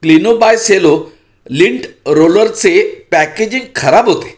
Klenow by Cello lint रोलरचे packaging खराब होते